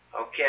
Okay